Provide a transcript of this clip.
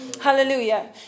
hallelujah